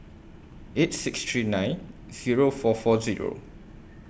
eight six three nine Zero four four Zero